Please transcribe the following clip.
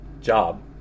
job